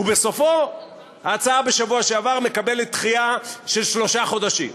ובסוף ההצעה בשבוע שעבר מקבלת דחייה של שלושה חודשים,